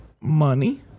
money